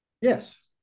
Yes